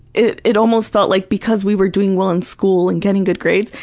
it it almost felt like, because we were doing well in school and getting good grades,